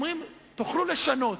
אומרים: תוכלו לשנות.